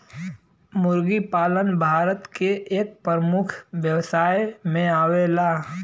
मुर्गी पालन भारत के एक प्रमुख व्यवसाय में आवेला